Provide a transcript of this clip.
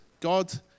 God